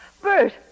Bert